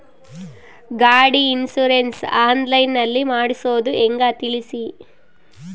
ಗಾಡಿ insurance online ನಲ್ಲಿ ಮಾಡ್ಸೋದು ಹೆಂಗ ತಿಳಿಸಿ?